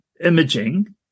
imaging